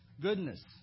Goodness